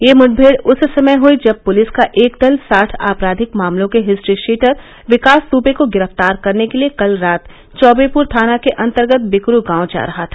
यह मुठमेड़ उस समय हई जब पुलिस का एक दल साठ आपराधिक मामलों के हिस्ट्रीशीटर विकास दुबे को गिरफ्तार करने के लिए कल रात चौबेप्र थाना के अंतर्गत बिकरु गांव जा रहा था